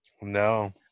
No